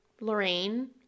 Lorraine